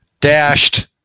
dashed